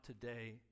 today